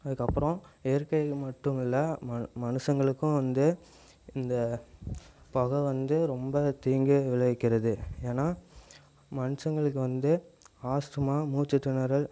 அதுக்கப்புறம் இயற்கைகள் மட்டும் இல்லை ம மனுஷங்களுக்கும் வந்து இந்த புக வந்து ரொம்ப தீங்கு விளைவிக்கிறது ஏன்னால் மனுஷங்களுக்கு வந்து ஆஸ்த்துமா மூச்சு திணறல்